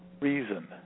reason